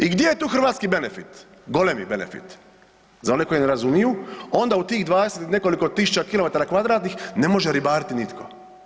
I gdje je tu hrvatski benefit, golemi benefit za one koji ne razumiju onda u tih 20 i nekoliko tisuća kilometara kvadratnih ne može ribariti nitko.